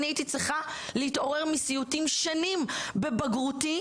אני הייתי צריכה להתעורר מסיוטים שנים בבגרותי,